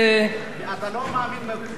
אתה לא מאמין בטוב לבך,